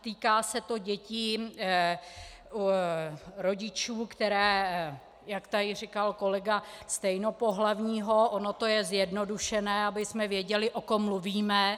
Týká se to dětí u rodičů, které jak tady říkal kolega, stejnopohlavního ono to je zjednodušené, abychom věděli, o kom mluvíme.